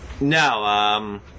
No